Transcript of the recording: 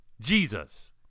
Jesus